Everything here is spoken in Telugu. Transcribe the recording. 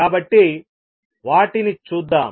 కాబట్టి వాటిని చూద్దాం